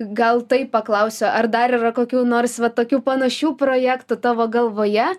gal taip paklausiu ar dar yra kokių nors va tokių panašių projektų tavo galvoje